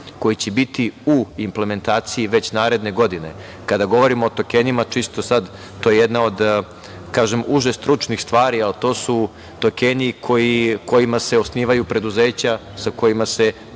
koji će biti u implementaciji već naredne godine. Kada govorimo o tokenima, čisto sada, to je jedna od uže stručnih stvari, ali to su tokeni kojima se osnivaju preduzeća i sa kojima se